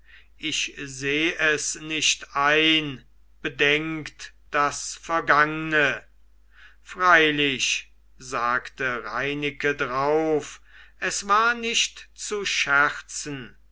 ich seh es nicht ein bedenkt das vergangne freilich sagte reineke drauf es war nicht zu scherzen